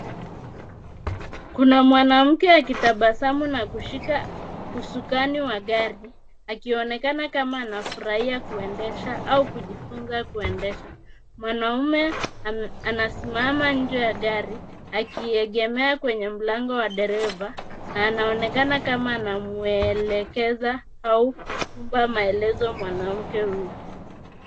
Kuna mwanamke akitabasamu na kushika usukani wa gari, akionekana kama anafurahia kuendesha au kujifunza kuendesha. Mwanaume anasimama nje ya gari, akiiegemea mlango wa dereva na anaonekana kama anamuelekeza au kumpa maelezo mwanamke huyu.